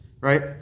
right